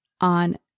on